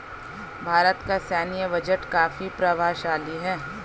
भारत का सैन्य बजट काफी प्रभावशाली है